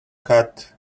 cat